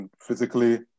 Physically